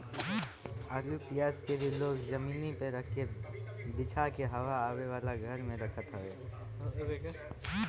आलू पियाज के भी लोग जमीनी पे बिछा के हवा आवे वाला घर में रखत हवे